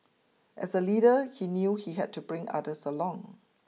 as a leader he knew he had to bring others along